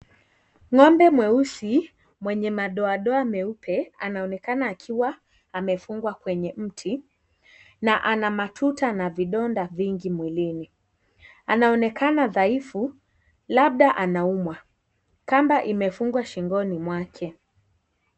Ng'ombe mweusi mwenye madoadoa anaonekana akiwa amefungwa kwenye mti na ana matuta na vidonda vingi mwilini. Anaonekana dhaifu labda anaumwa kamba imefungwa shingoni mwake.